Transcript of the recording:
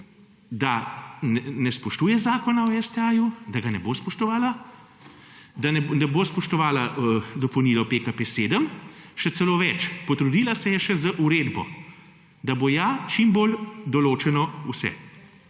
da ne spoštuje Zakona o STA, da ga ne bo spoštovala, da ne bo spoštovala dopolnilno PKP 7. Še celo več, potrudila se je še z uredbo, da bo ja čim bolj določeno vse.